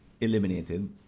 eliminated